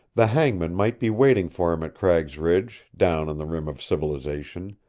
the hangman might be waiting for him at cragg's ridge, down on the rim of civilization,